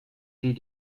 sie